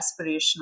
aspirational